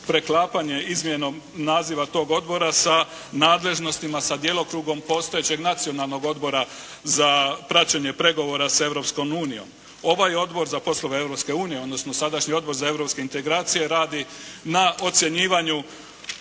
preklapanje izmjenom naziva tog odbora sa nadležnostima, sa djelokrugom postojećeg Nacionalnog odbora za praćenje pregovora sa Europskom unijom. Ovaj Odbor za poslove Europske unije odnosno sadašnji Odbor za europske integracije radi na ocjenjivanju